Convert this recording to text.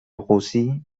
rossi